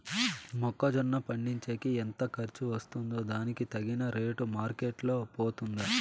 మొక్క జొన్న పండించేకి ఎంత ఖర్చు వస్తుందో దానికి తగిన రేటు మార్కెట్ లో పోతుందా?